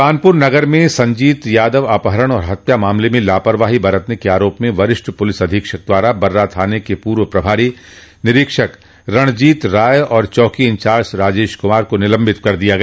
कानपूर नगर में संजीत यादव अपहरण और हत्या मामले में लापरवाही बरतने के आरोप में वरिष्ठ पुलिस अधीक्षक द्वारा बर्रा थाना के पूर्व प्रभारी निरीक्षक रणजीत राय और चौकी इंचार्ज राजेश कुमार को निलम्बित कर दिया गया